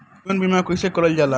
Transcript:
जीवन बीमा कईसे करल जाला?